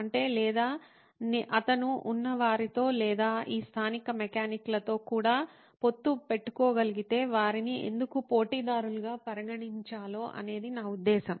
అంటే లేదా అతను ఉన్న వారితో లేదా ఈ స్థానిక మెకానిక్లతో కూడా పొత్తు పెట్టుకోగలిగితే వారిని ఎందుకు పోటీదారులుగా పరిగణించాలో అనేది నా ఉద్దేశ్యం